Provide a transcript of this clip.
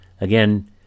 again